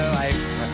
life